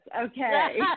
Okay